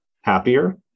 happier